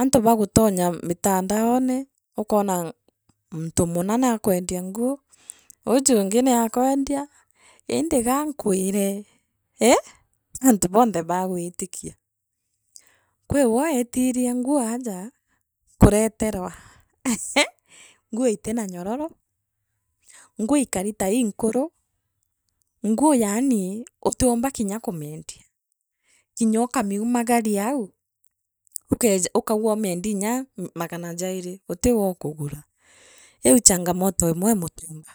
Antu bagutonya mitandaone ukoona, muntu muna naakwendia nguu uuju ungi niakwendia indí gaankwire íí tia antu bonthe baa gwitikia. Kwiwe weetine nguu oaga kureterwa nguu itena nyororo, nguu ikari tai inkuru. nguu yaani utiumba kinya kumiendia kinya ukamumagaria au ukeaj ukauga umiendie nya magana jairi gutiwe ukugúra iu ii changamoto emwee mutumba.